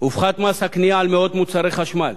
הופחת מס הקנייה על מאות מוצרי חשמל,